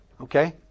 Okay